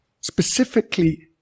specifically